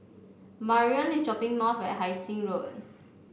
Marion is dropping at Hai Sing Road